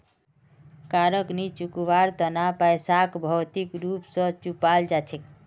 कारक नी चुकवार तना पैसाक भौतिक रूप स चुपाल जा छेक